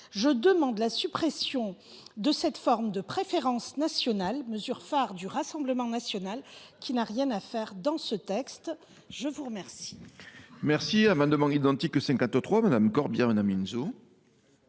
Je demande donc la suppression de cette forme de préférence nationale, mesure phare du Rassemblement national qui n’a rien à faire dans ce texte ! La parole